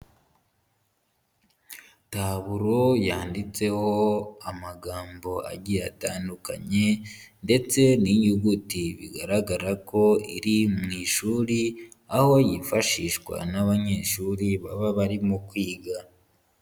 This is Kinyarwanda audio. Tabulo yanditseho amagambo agiye atandukanye ndetse n'inyuguti. Bigaragara ko iri mu ishuri, aho yifashishwa n'abanyeshuri baba barimo kwiga.